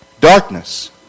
darkness